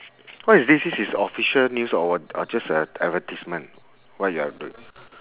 what is this this is official news or wh~ or just a advertisement what you are do~